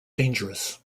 dangerous